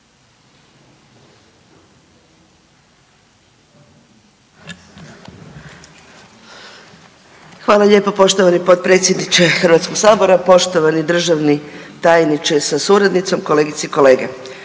Hvala lijepo poštovani potpredsjedniče sabora, poštovani državni tajniče sa suradnicom, kolegice i kolege.